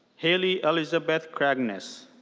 haley elisabeth kragness.